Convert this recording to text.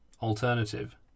alternative